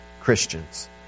Christians